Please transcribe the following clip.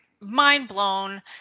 mind-blown